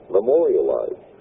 Memorialized